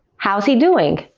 how's he doing?